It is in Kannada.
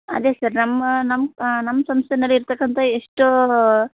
ಅದೆ ಸರ್ ನಮ್ಮ ನಮ್ಮ ನಮ್ಮ ಸಂಸ್ಥೆನಲ್ಲಿ ಇರತಕ್ಕಂತ ಎಷ್ಟೋ